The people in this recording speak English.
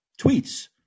tweets